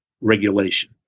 regulation